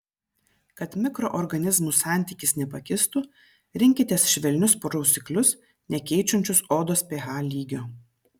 kad mikroorganizmų santykis nepakistų rinkitės švelnius prausiklius nekeičiančius odos ph lygio